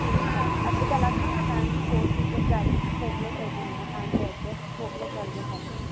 ठीकु आहे अधु कलाक में तव्हांजी फ़ॉर सिटेट गाॾी मोकिले छॾदीमांव तव्हांजे एड्रेस मोकिले छॾिजो ख़ाली